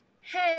hey